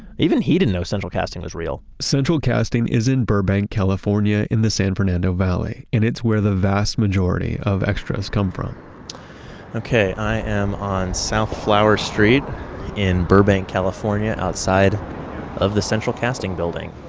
even he didn't know central casting was real central casting is in burbank, california in the san fernando valley and it's where the vast majority of extras come from okay. i am on south flower street in burbank, california outside of the central casting building.